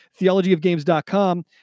theologyofgames.com